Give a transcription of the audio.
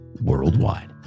worldwide